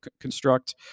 construct